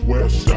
West